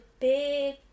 big